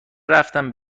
رفتم